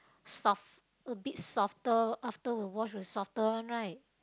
soft a bit softer after were wash will softer one right